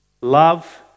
Love